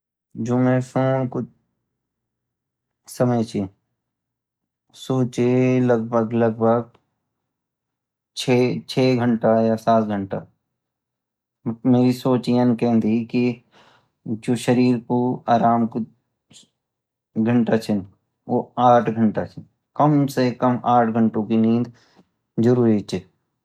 जो मैं सोन को समय चे सो जे लगभग लगभग छ घंटा या सात घंटा मैं ये सोचियन केन्डी जो शरीर को आराम को घंटा चीन वो आठ घंटा चीन काम साई काम सात घण्टा का नींद जरूरी चीन